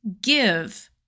give